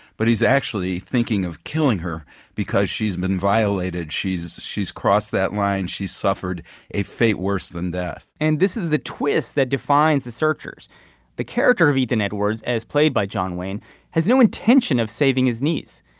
but he's actually thinking of killing her because she's been violated she's as she's crossed that line she's suffered a fate worse than death and this is the twist that defines the searchers the character of ethan edwards as played by john wayne has no intention of saving his knees.